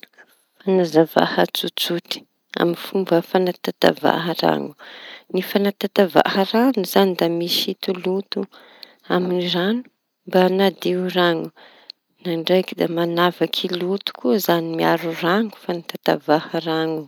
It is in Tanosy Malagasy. Fanazavaña tsotsotra aminy fomba fanatatava raño. Ny fañatatava raño da misintoña loto aminy raño mba hañadiovañy raño da ndraiky da mañavaky loto koa zañy miaro raño fatatavaha raño.